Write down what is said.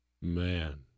man